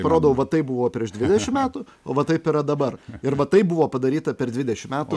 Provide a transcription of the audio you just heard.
parodau va taip buvo prieš dvidešimt metų o va taip yra dabar ir va taip buvo padaryta per dvidešimt metų